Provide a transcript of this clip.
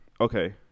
okay